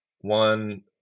one